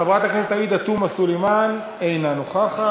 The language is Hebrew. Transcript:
חברת הכנסת עאידה תומא סלימאן, אינה נוכחת,